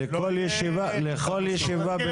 לכל ישיבה